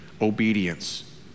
obedience